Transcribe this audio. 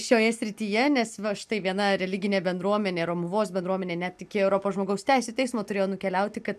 šioje srityje nes va štai viena religinė bendruomenė romuvos bendruomenė net iki europos žmogaus teisių teismo turėjo nukeliauti kad